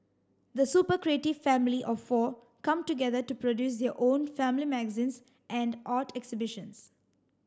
the super creative family of four come together to produce their own family magazines and art exhibitions